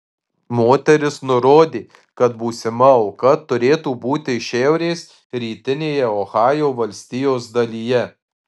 moteris nurodė kad būsima auka turėtų būti iš šiaurės rytinėje ohajo valstijos dalyje